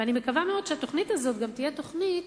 אני מקווה מאוד שהתוכנית הזאת תהיה גם תוכנית